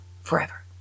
forever